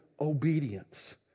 obedience